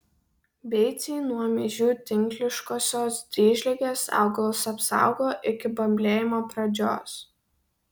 beicai nuo miežių tinkliškosios dryžligės augalus apsaugo iki bamblėjimo pradžios